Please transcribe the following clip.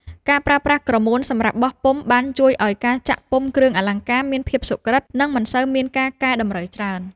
ការប្រើប្រាស់ក្រមួនសម្រាប់បោះពុម្ពបានជួយឱ្យការចាក់ពុម្ពគ្រឿងអលង្ការមានភាពសុក្រឹត និង មិនសូវមានការកែតម្រូវច្រើន។